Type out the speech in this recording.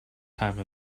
time